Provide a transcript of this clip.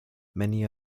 many